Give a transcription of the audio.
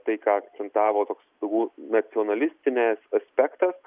tai ką akcentavo toks turbūt nacionalistinis aspektas